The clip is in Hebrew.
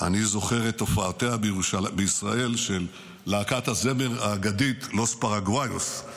אני זוכר את הופעותיה בישראל של להקת הזמר האגדית לוס פרגוואיוס.